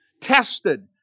Tested